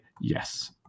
yes